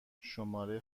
شماره